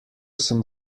sem